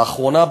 לאחרונה,